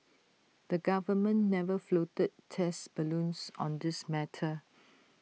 the government never floated test balloons on this matter